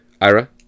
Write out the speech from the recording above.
Ira